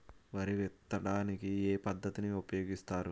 వరి విత్తడానికి ఏ పద్ధతిని ఉపయోగిస్తారు?